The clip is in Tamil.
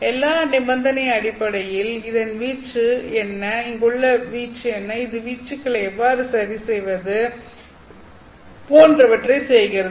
எல்லைக் நிபந்தனை அடிப்படையில் இதன் வீச்சு என்ன இங்குள்ள வீச்சு என்ன இந்த வீச்சுகளை எவ்வாறு சரிசெய்வது போன்றவற்றை செய்கிறது